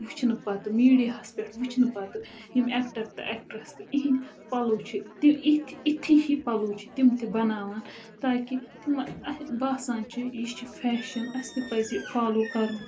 وُچھنہٕ پَتہٕ میٖڈیاہَس پٮ۪ٹھ وُچھنہٕ پَتہٕ یِم ایٚکٹَر تہٕ ایٚکٹرٛس تہٕ یِہٕنٛدۍ پَلو چھِ تِہ اِتھۍ اِتھی ہِوِۍ پَلو چھِ تِم تہِ بَناوان تاکہِ تِم باسان چھُ یہِ چھُ فیشَن اَسہِ تہِ پَزِ یہِ فالوٗ کَرُن